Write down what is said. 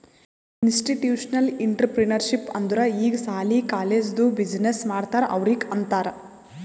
institutional intrapreneurship ಅಂದುರ್ ಈಗ ಸಾಲಿ, ಕಾಲೇಜ್ದು ಬಿಸಿನ್ನೆಸ್ ಮಾಡ್ತಾರ ಅವ್ರಿಗ ಅಂತಾರ್